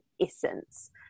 essence